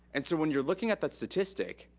and so when you're looking at that statistic,